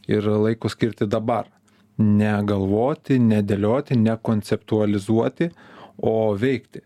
ir laiko skirti dabar negalvoti nedėlioti nekonceptualizuoti o veikti